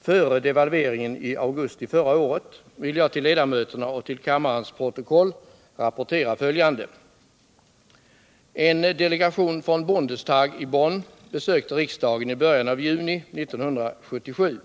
före devalveringen i augusti förra året, vill jag till ledamöterna och till kammarens protokoll rapportera följande: En delegation från Bundestag i Bonn besökte riksdagen i början av juni 1977.